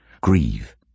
Grieve